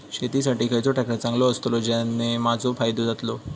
शेती साठी खयचो ट्रॅक्टर चांगलो अस्तलो ज्याने माजो फायदो जातलो?